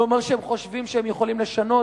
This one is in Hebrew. זה אומר שהם חושבים שהם יכולים לשנות.